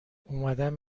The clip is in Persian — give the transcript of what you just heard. اومدم